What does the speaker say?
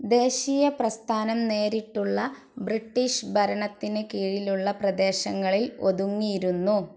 ദേശീയ പ്രസ്ഥാനം നേരിട്ടുള്ള ബ്രിട്ടീഷ് ഭരണത്തിന് കീഴിലുള്ള പ്രദേശങ്ങളിൽ ഒതുങ്ങിയിരുന്നു